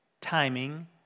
timing